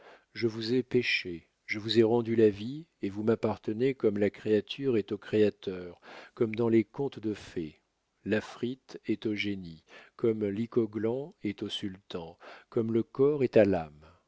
je vous ai pêché je vous ai rendu la vie et vous m'appartenez comme la créature est au créateur comme dans les contes de fées l'afrite est au génie comme l'icoglan est au sultan comme le corps est à l'âme